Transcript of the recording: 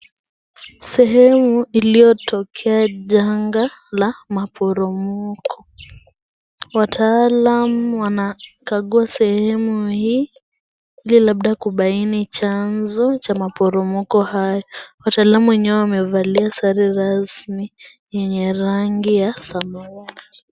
Sehemu iliyotokea janga la maporomoko, wataalam wanakagua sehemu hii ili labda kubaini chanzo cha maporomoko hayo. Wataalam wenyewe wamevalia sare rasmi yenye rangi ya samawati.